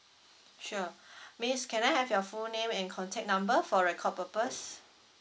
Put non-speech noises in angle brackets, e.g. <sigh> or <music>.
sure <breath> miss can I have your full name and contact number for record purpose